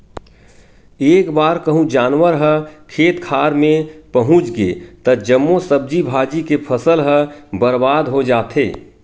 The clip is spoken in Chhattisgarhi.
एक बार कहूँ जानवर ह खेत खार मे पहुच गे त जम्मो सब्जी भाजी के फसल ह बरबाद हो जाथे